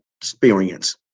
experience